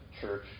church